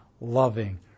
loving